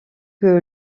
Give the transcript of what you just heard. que